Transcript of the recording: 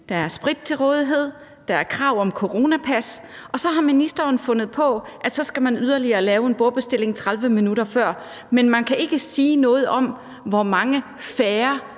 der er sprit til rådighed, der er krav om coronapas, og så har ministeren fundet på, at så skal man yderligere lave en bordbestilling 30 minutter før, men man kan ikke sige noget om, hvor mange færre